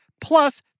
plus